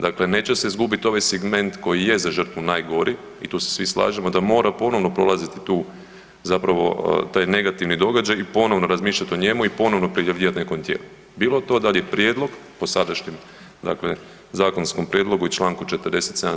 Dakle, neće se izgubiti ovaj segment koji je za žrtvu najgori i tu se svi slažemo, da mora ponovno prolaziti tu zapravo taj negativni događaj i ponovno razmišljat o njemu i ponovo prijavljivati nekom tijelu, bilo to dal je prijedlog po sadašnjem zakonskom prijedlogu i čl. 47.